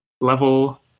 level